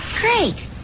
Great